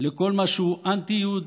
לכל מה שהוא אנטי-יהודי,